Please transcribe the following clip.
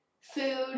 food